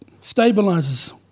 Stabilizers